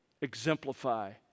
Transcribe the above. exemplify